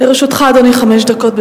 אדוני, לרשותך חמש דקות.